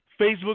Facebook